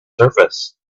surface